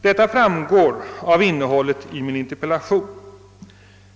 Detta framgår av innehållet i min interpellation.